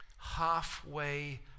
halfway